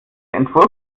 entwurf